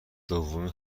دومین